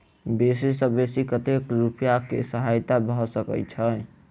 बेसी सऽ बेसी कतै पैसा केँ सहायता भऽ सकय छै?